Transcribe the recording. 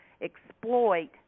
exploit